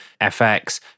FX